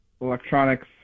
electronics